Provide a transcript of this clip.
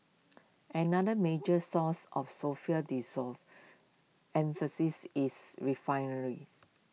another major source of sulphur dissolve emphasis is refineries